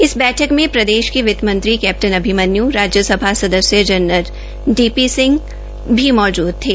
इस बैठक में प्रदेश के वितमंत्री कैप्टन अभिमन्यू राज्यसभा सदस्य general D V Singh Vats मौजूद थे